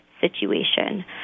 situation